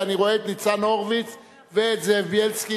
ואני רואה את ניצן הורוביץ ואת זאב בילסקי.